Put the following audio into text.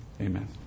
Amen